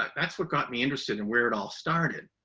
that's what got me interested in where it all started.